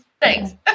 Thanks